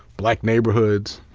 black neighborhoods,